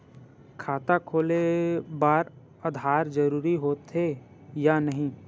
खाता खोले बार आधार जरूरी हो थे या नहीं?